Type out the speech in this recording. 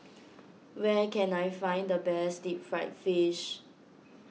where can I find the best Deep Fried Fish